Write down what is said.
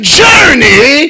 journey